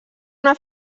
una